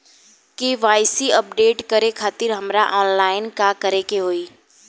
KYC update करे खातिर हमरा ऑनलाइन का करे के होई?